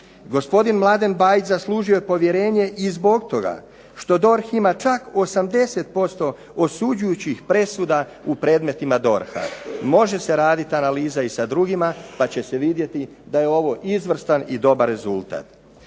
Gospodin Mladen Bajić zaslužio je povjerenje i zbog toga što DORH ima čak 80% osuđujućih presuda u predmetima DORH-a. Može se raditi analiza i sa drugima, pa će se vidjeti da je ovo izvrstan i dobar rezultat.